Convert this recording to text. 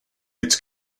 its